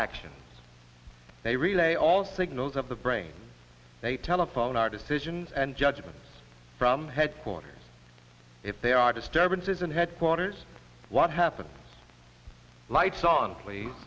actions they relay all signals of the brain a telephone our decisions and judgments from headquarters if there are disturbances in headquarters what happens lights on